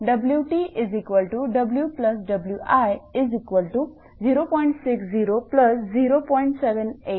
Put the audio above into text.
म्हणूनच WTWWi0